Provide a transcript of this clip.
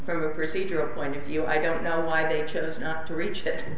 from the procedure point of view i don't know why they chose not to reach that